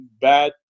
bad